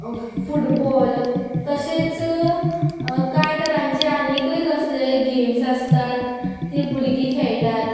football तशेंच कांय तरांचे आनीकूय कसले गॅम्स आसतात तीं भुरगीं खेळटात